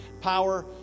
Power